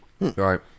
Right